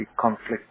conflict